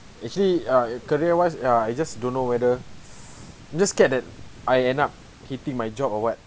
actually ah uh career wise ah I just don't know whether just scared that I end up hating my job or what